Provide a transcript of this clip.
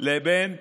לבין אוכל,